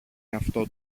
εαυτό